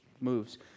moves